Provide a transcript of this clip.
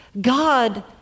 God